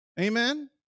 Amen